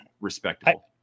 respectable